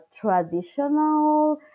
traditional